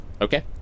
Okay